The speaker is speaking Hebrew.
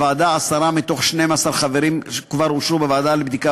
עשרה מתוך 12 חברים כבר אושרו בוועדה לבדיקת